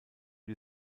die